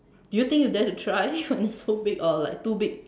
do you think you dare to try when it's so big or like too big